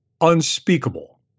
unspeakable